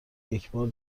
یکبار